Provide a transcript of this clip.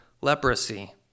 leprosy